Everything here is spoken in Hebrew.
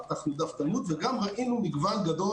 פתחנו דף תלמוד וגם ראינו מגוון גדול